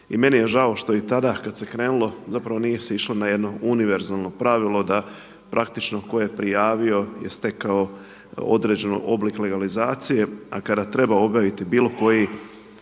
i meni je žao što i tada kad se krenulo zapravo nije se išlo na jedno univerzalno pravilo da praktično tko je prijavio je stekao određeni oblik legalizacije a kada treba obaviti bilo koji